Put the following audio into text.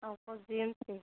हमको जिम सिख